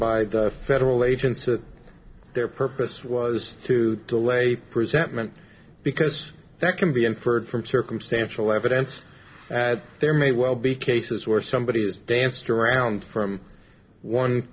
by the federal agents that their purpose was to delay a presentment because that can be inferred from circumstantial evidence there may well be cases where somebody is danced around from one